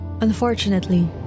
Unfortunately